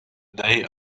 they